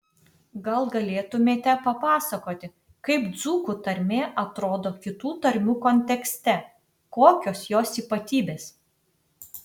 gal galėtumėte papasakoti kaip dzūkų tarmė atrodo kitų tarmių kontekste kokios jos ypatybės